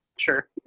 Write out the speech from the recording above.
Sure